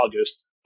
August